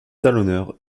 talonneur